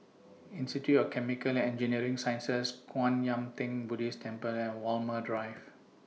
Institute of Chemical and Engineering Sciences Kwan Yam Theng Buddhist Temple and Walmer Drive